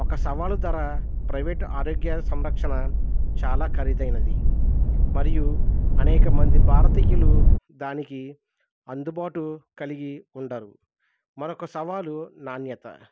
ఒక సవాలు ధర ప్రైవేటు ఆరోగ్య సంరక్షణ చాలా ఖరీదైనది మరియు అనేక మంది భారతీయులు దానికి అందుబాటు కలిగి ఉండరు మరొక సవాలు నాణ్యత